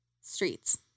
streets